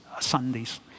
Sundays